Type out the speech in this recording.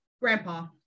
Grandpa